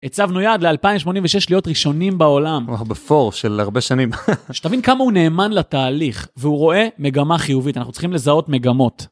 הצבנו יעד ל-2086 להיות ראשונים בעולם, או, בפור של הרבה שנים. שתבין כמה הוא נאמן לתהליך, והוא רואה מגמה חיובית, אנחנו צריכים לזהות מגמות.